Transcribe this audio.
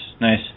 nice